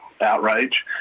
outrage